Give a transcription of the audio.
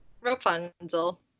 Rapunzel